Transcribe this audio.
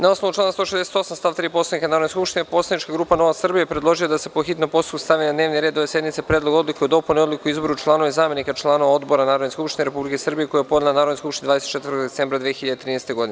Na osnovu člana 168. stav 3. Poslovnika Narodne skupštine, Poslanička grupa Nova Srbija predložila je da se, po hitnom postupku, stavi na dnevni red ove sednice Predlog odluke o izmeni Odluke o izboru članova i zamenika članova odbora Narodne skupštine Republike Srbije, koji je podnela Narodnoj skupštini Republike Srbije 24. decembra 2013. godine.